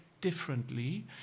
differently